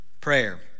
prayer